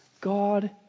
God